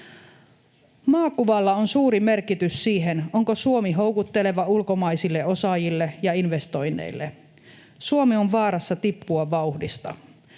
Maakuvalla on suuri merkitys siinä, onko Suomi houkutteleva ulkomaisille osaajille ja investoinneille. Suomi on vaarassa tippua vauhdista.